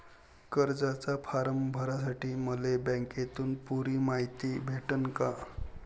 कर्जाचा फारम भरासाठी मले बँकेतून पुरी मायती भेटन का?